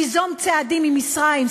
תיזום צעדים עם מצרים,